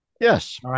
Yes